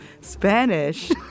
Spanish